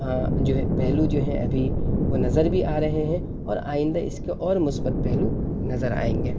ہاں جو ہے پہلو جو ہے ابھی وہ نظر بھی آ رہے ہیں اور آئندہ اس کے اور مثبت پہلو نظر آئیں گے